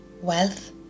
wealth